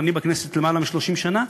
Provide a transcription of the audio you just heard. אני בכנסת למעלה מ-30 שנה,